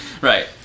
Right